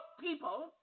people